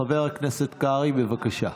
חבר הכנסת קרעי, בבקשה.